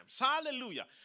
Hallelujah